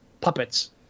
puppets